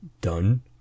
done